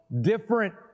different